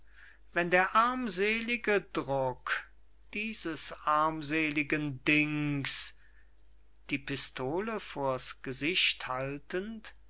wenn der armselige druck dieses armseligen dings die pistolen vors gesicht haltend